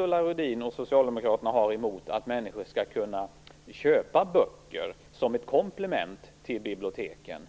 Ulla Rudin och Socialdemokraterna något speciellt emot att människor skall kunna köpa böcker som ett komplement till biblioteken?